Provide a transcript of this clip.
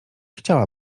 chciała